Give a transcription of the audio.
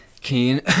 Keen